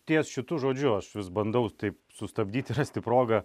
ties šitu žodžiu aš vis bandau taip sustabdyti rasti progą